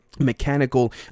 mechanical